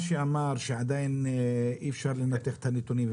שעדיין אי אפשר לנתח את הנתונים,